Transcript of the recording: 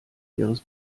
ihres